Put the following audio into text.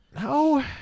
No